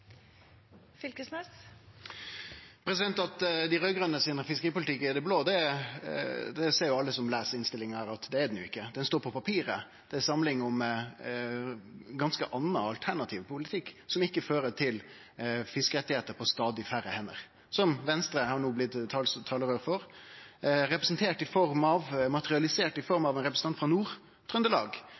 i det blå, ser alle som les innstillinga, at han ikkje er – det står på papiret. Det er samling om ein ganske annan, alternativ politikk, som ikkje fører til fiskerettar på stadig færre hender, noko Venstre no har blitt talerøyr for – materialisert i form av ein representant frå